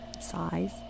size